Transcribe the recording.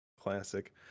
classic